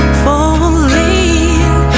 falling